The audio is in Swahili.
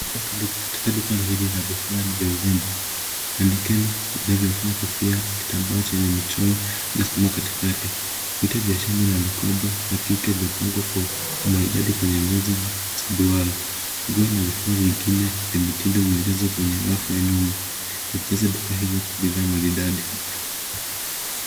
katika duka hili la vifaa vya urembo bandikeni aliyevaa kofia kitambaa Chenye michoro inasimama katikati vitu vya shingo na mikoba ya kike vimepangwa kwa umandadi kwenye meza duara. Nguo na vifaa vingine vimepinda vimejazwa kwenye rafu ya nyuma vikijaza duka hiyo kuwa bidhaa maridadi.